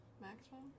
maximum